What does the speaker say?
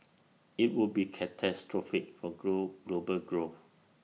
IT would be catastrophic for grow global growth